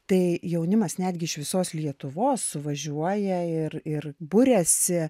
tai jaunimas netgi iš visos lietuvos suvažiuoja ir ir buriasi